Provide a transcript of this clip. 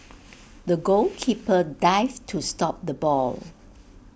the goalkeeper dived to stop the ball